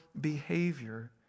behavior